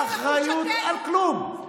אין אחריות לכלום.